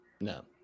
no